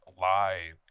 lie